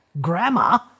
grammar